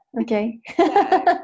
okay